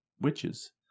witches